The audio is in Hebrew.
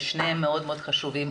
ששניהם מאוד מאוד חשובים,